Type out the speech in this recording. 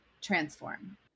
transform